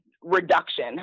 reduction